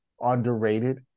underrated